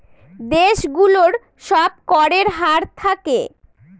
দেশ গুলোর সব করের হার থাকে